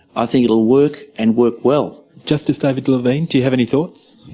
i think it'll work, and work well. justice david levine, do you have any thoughts?